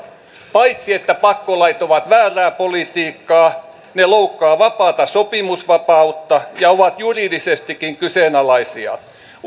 paitsi että pakkolait ovat väärää politiikkaa ne loukkaavat vapaata sopimusvapautta ja ovat juridisestikin kyseenalaisia